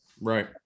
right